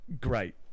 great